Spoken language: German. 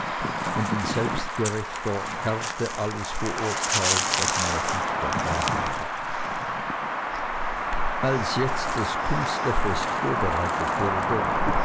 und in selbstgerechter härte alles verurteilt was man noch nicht erfahren hat als jetzt das künstlerfest vorbereitet wurde